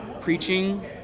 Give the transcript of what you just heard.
preaching